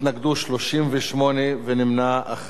התנגדו 38 ואחד נמנע.